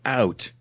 out